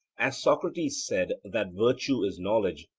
as socrates said that virtue is knowledge,